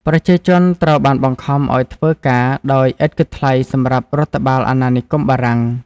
ប្រជាជនត្រូវបានបង្ខំឱ្យធ្វើការដោយឥតគិតថ្លៃសម្រាប់រដ្ឋបាលអាណានិគមបារាំង។